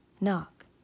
Knock